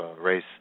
race